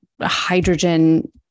hydrogen